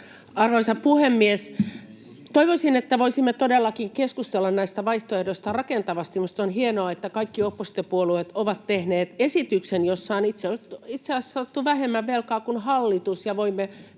Arvoisa puhemies! Toivoisin, että voisimme todellakin keskustella näistä vaihtoehdoista rakentavasti. Minusta on hienoa, että kaikki oppositiopuolueet ovat tehneet esityksen, joissa on itse asiassa otettu vähemmän velkaa kuin hallitus ja voimme myös